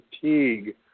fatigue